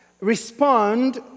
respond